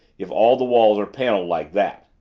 if all the walls are paneled like that.